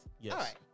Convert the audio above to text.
Yes